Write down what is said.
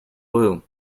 loo